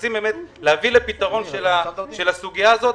שמנסים באמת להביא לפתרון של הסוגיה הזאת,